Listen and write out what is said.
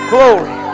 Glory